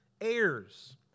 heirs